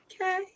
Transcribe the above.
Okay